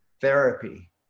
therapy